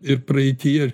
ir praeityje